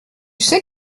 sais